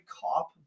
Cop